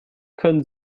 können